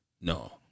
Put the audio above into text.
No